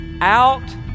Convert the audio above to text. Out